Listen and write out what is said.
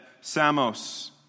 Samos